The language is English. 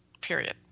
Period